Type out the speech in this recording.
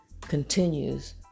continues